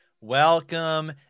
welcome